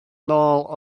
nôl